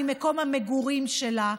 ממקום המגורים שלה,